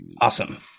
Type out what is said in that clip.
Awesome